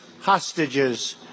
hostages